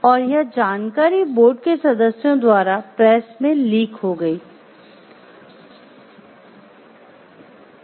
और यह जानकारी बोर्ड के सदस्यों द्वारा प्रेस में लीक हो गई से है